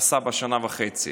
עשה בשנה וחצי.